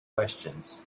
questions